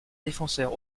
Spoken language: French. défenseur